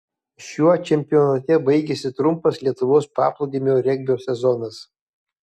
šiuo čempionate baigėsi trumpas lietuvos paplūdimio regbio sezonas